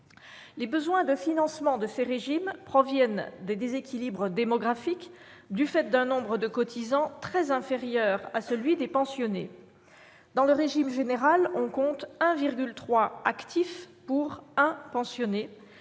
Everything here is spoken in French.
Les besoins de financement de ces régimes proviennent des déséquilibres démographiques résultant d'un nombre de cotisants très inférieur à celui des pensionnés. Dans le régime général, on compte 1,3 actif pour un pensionné,